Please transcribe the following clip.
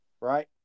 Right